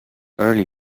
early